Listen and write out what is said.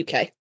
UK